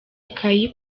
ikaye